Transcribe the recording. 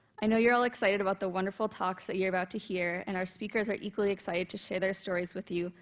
i know you're all excited about the wonderful talks that you're about to hear, and our speakers are equally excited to share their stories with you,